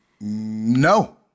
No